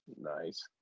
nice